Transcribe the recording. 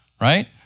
right